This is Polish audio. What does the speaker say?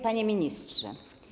Panie Ministrze!